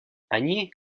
они